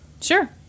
Sure